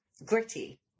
Gritty